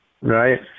Right